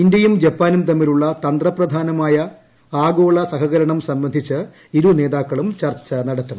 ഇന്ത്യയും ജപ്പാനും തമ്മിലുള്ള തന്ത്രപ്രധാനമായ ആഗോള സഹകരണം സംബന്ധിച്ച് ഇരുനേതാക്കളും ചർച്ച നടത്തും